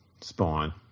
spine